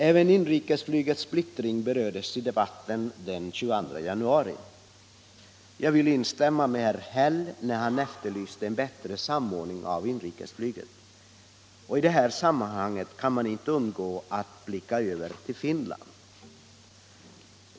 Även inrikesflygets splittring berördes i debatten den 22 januari. Jag vill instämma med herr Häll som efterlyste en bättre samordning av inrikesflyget. I detta sammanhang kan man inte undgå att blicka över till Finland.